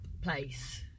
place